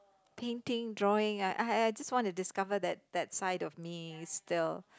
painting drawing I I I just want to discover that that side of me still